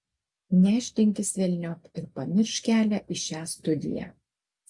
nešdinkis velniop ir pamiršk kelią į šią studiją